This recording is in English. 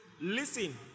listen